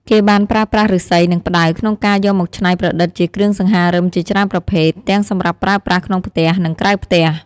គេបានប្រើប្រាស់ឫស្សី និងផ្តៅក្នុងការយកមកច្នៃប្រឌិតជាគ្រឿងសង្ហារឹមជាច្រើនប្រភេទ ទាំងសម្រាប់ប្រើប្រាស់ក្នុងផ្ទះ និងក្រៅផ្ទះ។